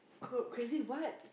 crazy what